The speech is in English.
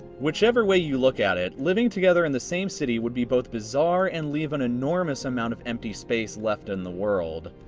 whichever way you look at it, living together in the same city would be both bizarre and leave an enormous amount of empty space left in the world.